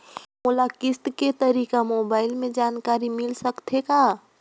मोला किस्त के तारिक मोबाइल मे जानकारी मिल सकथे का?